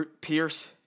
Pierce